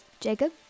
Jacob